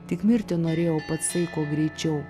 tik mirti norėjau pats kuo greičiau